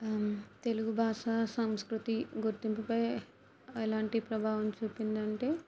తెలుగు భాష సంస్కృతి గుర్తింపుపై ఏలాంటి ప్రభావం చూపింది అంటే